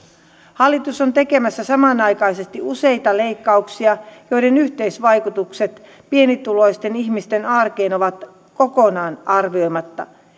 hallitus on tekemässä samanaikaisesti useita leikkauksia joiden yhteisvaikutukset pienituloisten ihmisten arkeen ovat kokonaan arvioimatta